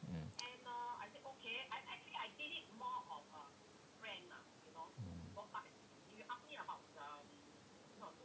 mm